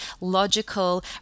logical